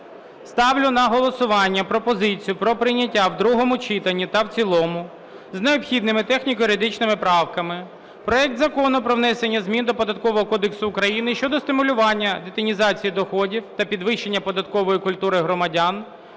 Ставлю на голосування пропозицію про прийняття в другому читанні та в цілому з необхідними техніко-юридичними правками проект Закону про внесення змін до Податкового кодексу України щодо стимулювання детінізації доходів та підвищення податкової культури громадян